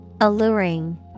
Alluring